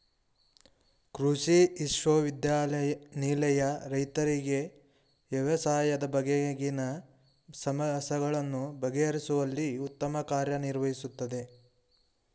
ಕೃಷಿ ವಿಶ್ವವಿದ್ಯಾನಿಲಯ ರೈತರಿಗೆ ವ್ಯವಸಾಯದ ಬಗೆಗಿನ ಸಮಸ್ಯೆಗಳನ್ನು ಬಗೆಹರಿಸುವಲ್ಲಿ ಉತ್ತಮ ಕಾರ್ಯ ನಿರ್ವಹಿಸುತ್ತಿದೆ